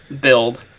build